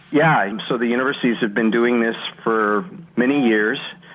yeah, so the universities have been doing this for many years,